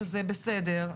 וזה בסדר,